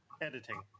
Editing